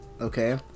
Okay